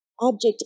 object